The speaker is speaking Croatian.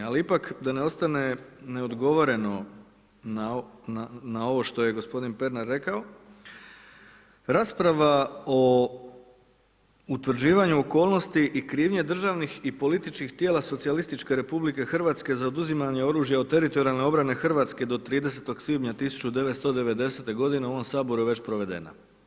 Ali, ipak da ne ostane neodgovoreno na ovo što je gospodin Pernar rekao, rasprava o utvrđivanju okolnosti i krivnje državnih i političkih tijela socijalističke Republike Hrvatske za oduzimanje oružja od teritorijalne obrane Hrvatske do 30. svibnja 1990. g. u ovom Saboru je već provedeno.